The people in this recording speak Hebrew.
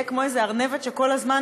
זה יהיה כמו איזו ארנבת שכל הזמן,